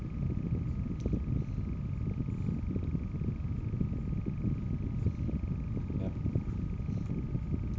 ya